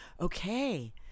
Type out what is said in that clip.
okay